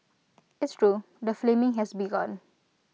it's true the flaming has begun